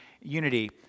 unity